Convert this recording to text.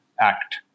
act